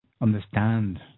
understand